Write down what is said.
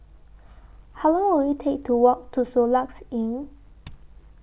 How Long Will IT Take to Walk to Soluxe Inn